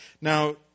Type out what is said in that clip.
Now